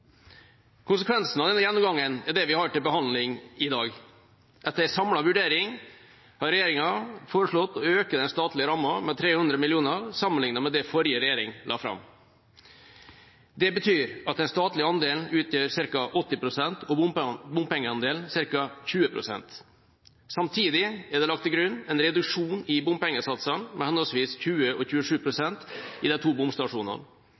Konsekvensen av denne gjennomgangen er det vi har til behandling i dag. Etter en samlet vurdering har regjeringa foreslått å øke den statlige ramma med 300 mill. kr sammenlignet med det den forrige regjeringa la fram. Det betyr at den statlige andelen utgjør ca. 80 pst. og bompengeandelen ca. 20 pst. Samtidig er det lagt til grunn en reduksjon i bompengesatsene med henholdsvis 20 pst. og 27 pst. i de to bomstasjonene.